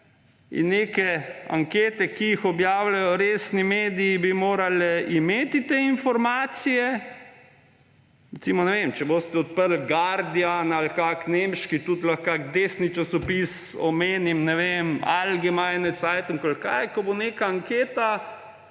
Neke ankete, ki jih objavljajo resni mediji, bi morale imeti te informacije. Recimo, ne vem, če boste odprli Guardian ali kakšen nemški, lahko tudi kakšen desni časopis, omenim, ne vem, Allgemeine Zeitung ali kaj, ko bo neka anketa,